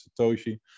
satoshi